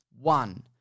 one